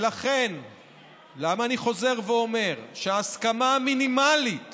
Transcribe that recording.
אני חוזר ואומר שההסכמה המינימלית